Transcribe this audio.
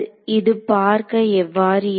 இது பார்க்க எவ்வாறு இருக்கும்